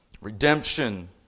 redemption